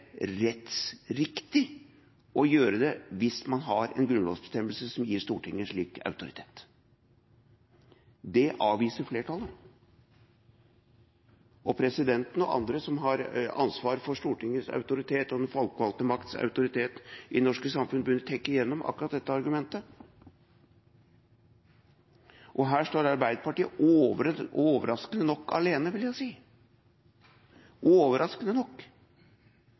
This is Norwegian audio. rettsriktig å gjøre det hvis man har en grunnlovsbestemmelse som gir Stortinget en slik autoritet. Det avviser flertallet, og presidenten og andre som har ansvaret for Stortingets autoritet og den folkevalgte makts autoritet i det norske samfunn, burde tenke igjennom akkurat dette argumentet. Her står Arbeiderpartiet overraskende nok alene, vil jeg si – overraskende nok.